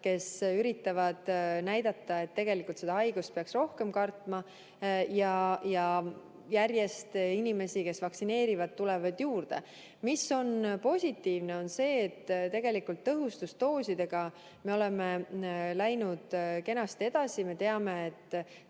kes üritavad näidata, et tegelikult seda haigust peaks rohkem kartma. Inimesi, kes vaktsineerivad, tuleb järjest juurde. Positiivne on see, et tegelikult tõhustusdoosidega me oleme läinud kenasti edasi. Me teame, et